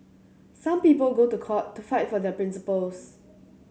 some people go to court to fight for their principles